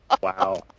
Wow